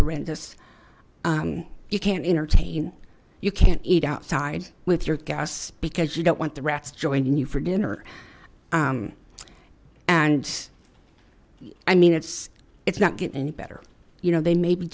horrendous you can't entertain you can't eat outside with your guests because you don't want the rats joining you for dinner and i mean it's it's not getting any better you know they may be